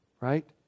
Right